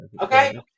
Okay